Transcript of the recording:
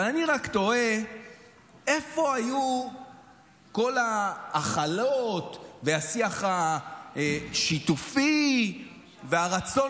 אבל אני רק תוהה איפה היו כל ההכלות והשיח השיתופי והרצון